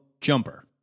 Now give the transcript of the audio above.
Jumper